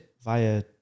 via